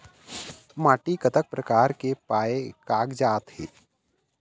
माटी कतक प्रकार के पाये कागजात हे?